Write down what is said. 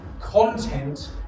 content